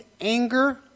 anger